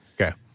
Okay